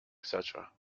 cetera